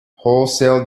wholesale